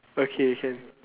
okay can